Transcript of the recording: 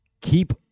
keep